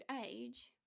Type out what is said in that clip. age